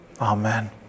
Amen